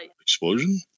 explosion